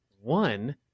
one